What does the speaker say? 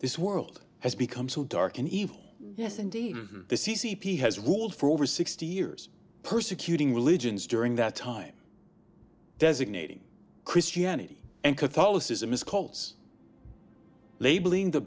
this world has become so dark and evil yes indeed the c c p has ruled for over sixty years persecuting religions during that time designating christianity and catholicism is cults labeling the